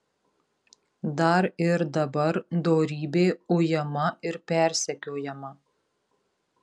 dar ir dabar dorybė ujama ir persekiojama